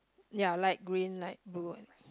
ya light green light blue and